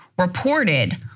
reported